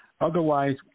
otherwise